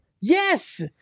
Yes